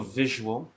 visual